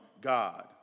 God